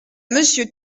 monsieur